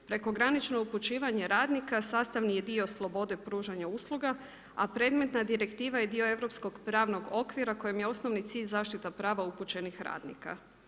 Prekogranično upućivanje radnika, sastavni je dio slobode pružanju usluga, a predmetna direktiva je dio europskog pravnog okvira kojim je osnovni cilj zaštita prava upućenih radnika.